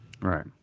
Right